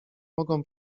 mogą